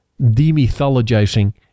demythologizing